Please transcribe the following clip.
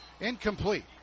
incomplete